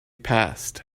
passed